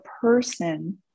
person